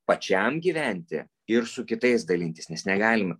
pačiam gyventi ir su kitais dalintis nes negalime